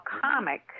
comic